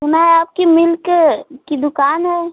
तो मैम आप की मिल्क की दुकान है